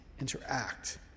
interact